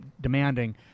demanding